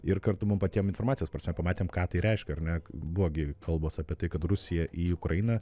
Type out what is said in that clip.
ir kartu mum patiem informacijos prasme pamatėm ką tai reiškia ar ne buvo gi kalbos apie tai kad rusija į ukrainą